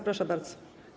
Proszę bardzo.